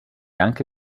anche